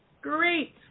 Great